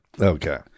Okay